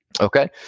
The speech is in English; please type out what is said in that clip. okay